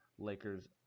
Lakers